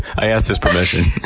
i asked his permission.